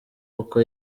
uko